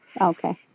Okay